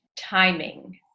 timing